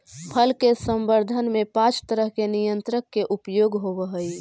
फल के संवर्धन में पाँच तरह के नियंत्रक के उपयोग होवऽ हई